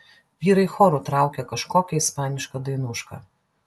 vyrai choru traukė kažkokią ispanišką dainušką